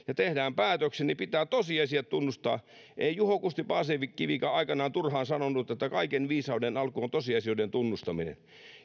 ja tehdään päätöksiä tosiasiat pitää tunnustaa ei juho kusti paasikivikään aikanaan turhaan sanonut että kaiken viisauden alku on tosiasioiden tunnustaminen